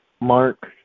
Mark